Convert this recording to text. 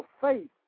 faith